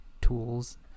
tools